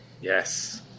Yes